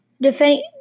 Defending